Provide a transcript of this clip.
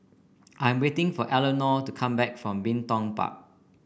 I'm waiting for Elenore to come back from Bin Tong Park